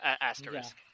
asterisk